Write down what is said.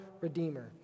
Redeemer